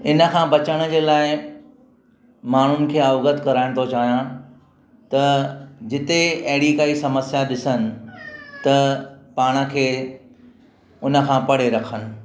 हिन खां बचण जे लाइ माण्हुनि खे अवगत कराइणु थो चाहियां त जिते अहिड़ी काई समस्या ॾिसनि त पाण खे उनखां परे रखनि